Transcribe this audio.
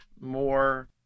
more